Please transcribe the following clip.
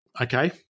Okay